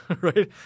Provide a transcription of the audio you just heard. right